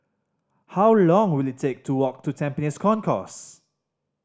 how long will it take to walk to Tampines Concourse